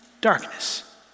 darkness